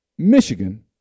Michigan